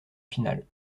finale